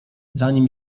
zanim